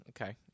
okay